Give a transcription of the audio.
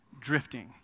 drifting